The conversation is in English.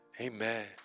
amen